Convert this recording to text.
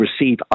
receive